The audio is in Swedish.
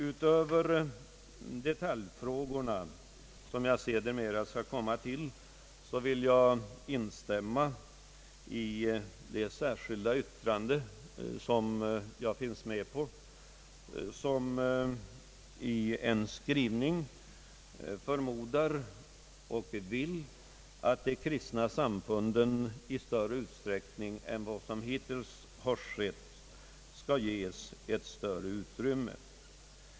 Utöver detaljfrågorna, som jag sedermera skall återkomma till, vill jag instämma i det särskilda yttrande som mitt namn finns med på, vilket i sin skrivning uttalar, att de kristna samfunden i större utsträckning än vad som hittills har skett bör ges större utrymme.